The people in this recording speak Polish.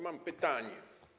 Mam pytanie.